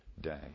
day